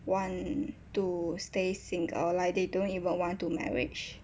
want to stay single like they don't even want to marriage